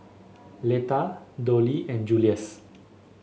Letta Dollie and Julius